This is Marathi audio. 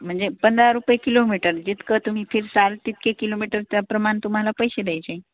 म्हणजे पंधरा रुपये किलोमीटर जितकं तुम्ही फिरसाल तितके किलोमीटर त्या प्रमाणं तुम्हाला पैसे द्यायचे